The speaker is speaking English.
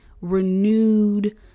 renewed